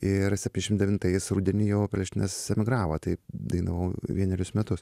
ir sepyšim devintais rudenį jau perelšteinas emigravo tai dainavau vienerius metus